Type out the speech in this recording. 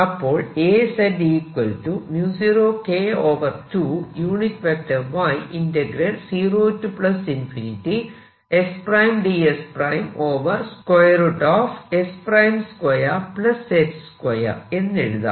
അപ്പോൾ എന്ന് എഴുതാം